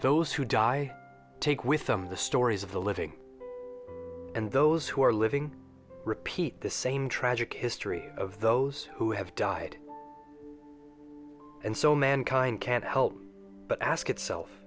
those who die take with them the stories of the living and those who are living repeat the same tragic history of those who have died and so mankind can't help but ask itself